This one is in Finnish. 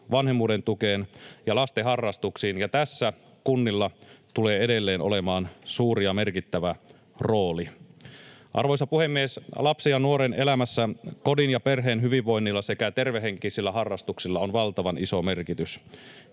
vanhemmuuden tukeen ja lasten harrastuksiin, ja tässä kunnilla tulee edelleen olemaan suuri ja merkittävä rooli. Arvoisa puhemies! Lapsen ja nuoren elämässä kodin ja perheen hyvinvoinnilla sekä tervehenkisillä harrastuksilla on valtavan iso merkitys.